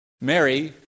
Mary